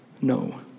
no